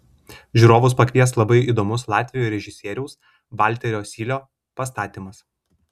žiūrovus pakvies labai įdomus latvių režisieriaus valterio sylio pastatymas